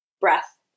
Breath